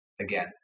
again